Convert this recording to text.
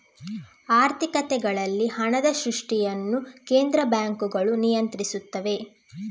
ಆರ್ಥಿಕತೆಗಳಲ್ಲಿ ಹಣದ ಸೃಷ್ಟಿಯನ್ನು ಕೇಂದ್ರ ಬ್ಯಾಂಕುಗಳು ನಿಯಂತ್ರಿಸುತ್ತವೆ